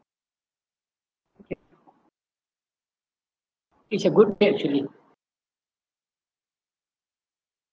okay it's a good actually